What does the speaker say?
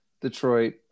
Detroit